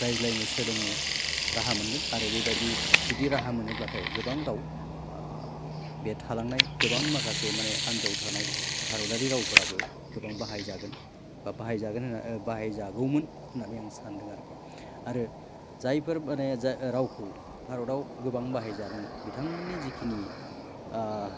रायज्लायो सोलोंनो राहा मोनगोन आरो बेबादि जुदि राहा मोनोब्लाथाय गोबां राव बे थालांनाय गोबां माखासे माने आन्दोआव थानाय भारतारि रावफोराबो गोबां बाहायजागोन बा बाहायजागोन बाहायजागौमोन होननानै आं सान्दों आरोखि आरो जायफोर माने जा रावखौ भारताव बाहायजादों बिथांमोननि जेखिनि